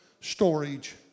Storage